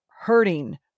hurting